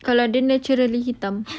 kalau dia naturally hitam